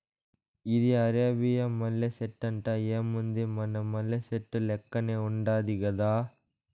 ఇది అరేబియా మల్లె సెట్టంట, ఏముంది మన మల్లె సెట్టు లెక్కనే ఉండాది గదా